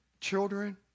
children